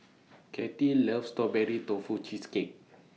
Kattie loves Strawberry Tofu Cheesecake